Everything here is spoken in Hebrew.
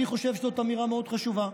אני חושב שזאת אמירה מאוד חשובה.